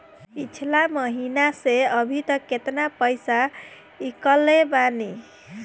पिछला महीना से अभीतक केतना पैसा ईकलले बानी?